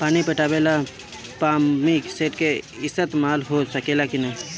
पानी पटावे ल पामपी सेट के ईसतमाल हो सकेला कि ना?